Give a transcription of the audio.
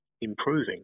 improving